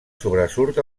sobresurt